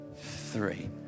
three